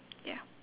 ya